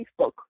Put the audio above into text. Facebook